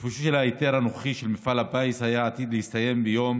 תוקפו של ההיתר הנוכחי של מפעל הפיס היה עתיד להסתיים ביום